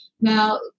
Now